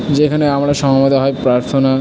যেখানে আমরা সমবেত হয়ে প্রার্থনা